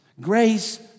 Grace